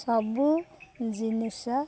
ସବୁ ଜିନିଷ